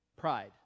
pride